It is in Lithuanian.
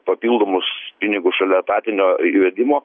papildomus pinigus šalia etatinio įvedimo